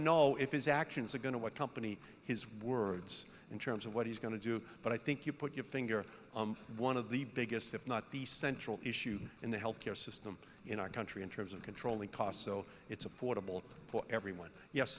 know if his actions are going to what company his words in terms of what he's going to do but i think you put your finger on one of the biggest if not the central issue in the health care system in our country in terms of controlling costs so it's affordable for everyone yes